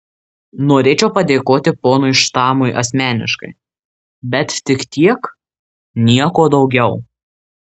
norėčiau padėkoti ponui štamui asmeniškai bet tik tiek nieko daugiau